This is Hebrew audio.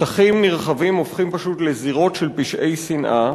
שטחים נרחבים הופכים פשוט לזירות של פשעי שנאה.